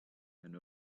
and